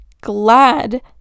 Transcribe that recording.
glad